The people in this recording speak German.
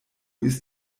ist